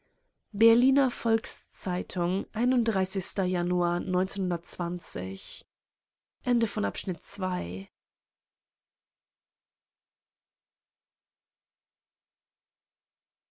berliner volks-zeitung januar